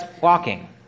walking